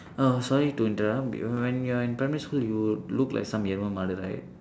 uh sorry to interrupt when you are in primary school you look like some people mother